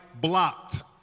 blocked